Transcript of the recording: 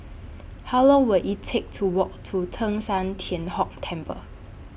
How Long Will IT Take to Walk to Teng San Tian Hock Temple